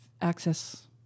access